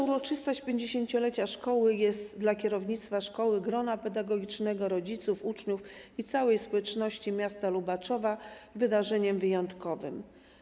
Uroczystość 50-lecia szkoły jest dla kierownictwa szkoły, grona pedagogicznego, rodziców, uczniów i całej społeczności miasta Lubaczowa wydarzeniem wyjątkowym.